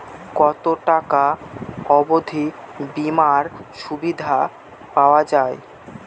কত টাকা অবধি বিমার সুবিধা পাওয়া য়ায়?